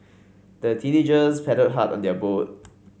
the teenagers paddled hard on their boat